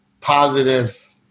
positive